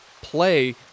play